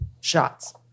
shots